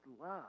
love